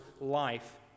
life